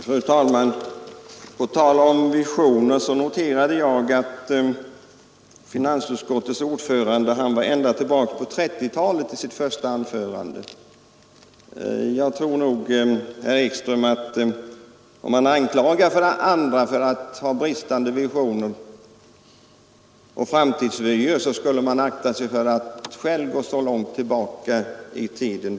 Fru talman! På tal om visioner noterade jag att finansutskottets ordförande i sitt första anförande var ända tillbaka på 1930-talet. Om man anklagar andra för bristande visioner och framtidsvyer, skall man nog akta sig för att själv gå så långt tillbaka i tiden.